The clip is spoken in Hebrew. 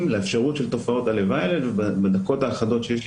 מהאפשרות של תופעות הלוואי הללו ובדקות האחדות שיש לי